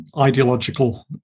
ideological